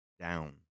down